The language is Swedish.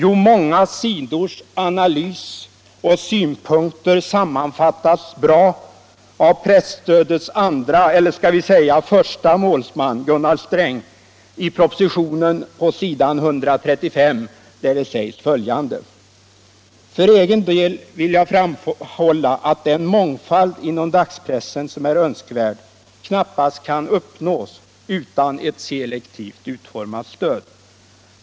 Jo, många sidors analys och synpunkter sammanfattas bra av presstödets andre eller skall vi säga förste målsman Gunnar Sträng i propositionen på s. 135, där det sägs följande: ”För egen del vill jag framhålla att den mångfald inom dagspressen som är önskvärd knappast kan uppnås utan ett selektivt utformat stöd.